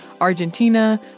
Argentina